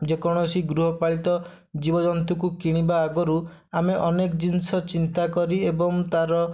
ଯେକୌଣସି ଗୃହପାଳିତ ଜୀବଜନ୍ତୁକୁ କିଣିବା ଆଗରୁ ଆମେ ଅନେକ ଜିନିଷ ଚିନ୍ତାକରି ଏବଂ ତା'ର